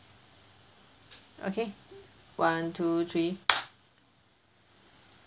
okay one two three